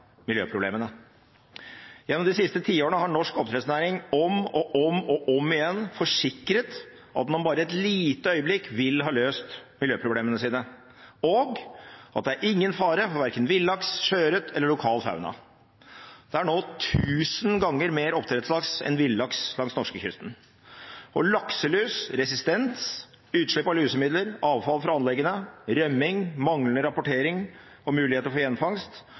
miljøproblemene. Gjennom de siste tiårene har norsk oppdrettsnæring om og om igjen forsikret at man bare om et lite øyeblikk vil ha løst miljøproblemene sine, og at det er ingen fare for verken villaks, sjøørret eller lokal fauna. Det er nå tusen ganger mer oppdrettslaks enn villaks langs norskekysten. Lakselusresistens, utslipp av lusemidler, avfall fra anleggene, rømming, manglende rapportering og muligheter for gjenfangst